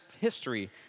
history